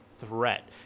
threat